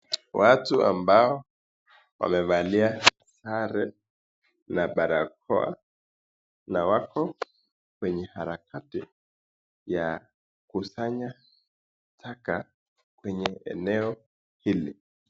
Watu ambao wamevalia sare na barakoa na wako kwenye harakati ya kusanya taka kwenye eneo hili.